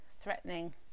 threatening